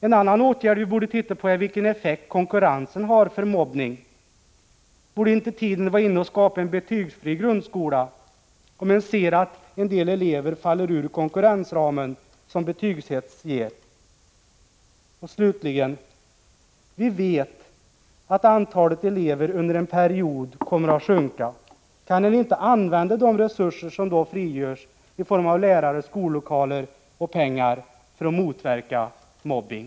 En annan sak som vi borde titta på är vilken effekt konkurrensen har för mobbning. Borde inte tiden vara inne att skapa en betygsfri grundskola, om vi ser att en del elever faller ur den konkurrensram som betygshets skapar? Och slutligen: Vi vet att antalet elever under en period kommer att sjunka. Kan man inte använda de resurser i form av lärare, skollokaler och pengar som då frigörs för att motverka mobbning?